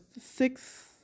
six